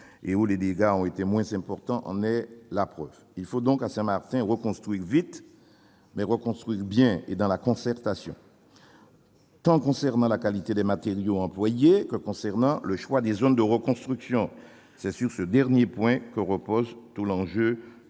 et où les dégâts ont été moins importants, en est la preuve. Il faut donc, à Saint-Martin, reconstruire vite, mais reconstruire bien, et dans la concertation, en ce qui concerne tant la qualité des matériaux employés que le choix des zones de reconstruction. C'est sur ce dernier point que repose tout l'enjeu